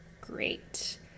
Great